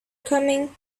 coming